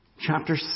chapter